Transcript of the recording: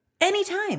Anytime